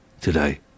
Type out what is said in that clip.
today